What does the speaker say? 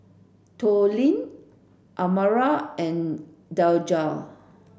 Tollie Amara and Daijah